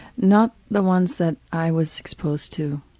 not the ones that i was exposed to.